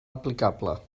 aplicable